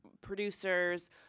producers